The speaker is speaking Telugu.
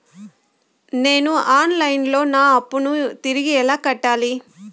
నేను ఆన్ లైను లో నా అప్పును తిరిగి ఎలా కట్టాలి?